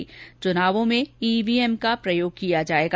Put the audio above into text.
इन चुनावों में ईवीएम का प्रयोग किया जाएगा